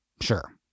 Sure